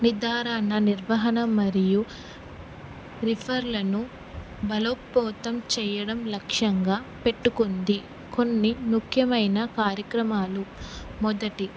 నిర్దారణ నిర్వహణ మరియు రేఫర్లను బలోపేతం చేయడం లక్ష్యంగా పెట్టుకుంది కొన్ని ముఖ్యమైన కార్యక్రమాలు మొదటి